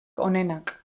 onenak